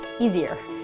easier